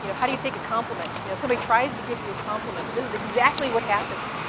you know how do you take a compliment? you know somebody tries to give you a compliment, and this is exactly what happens.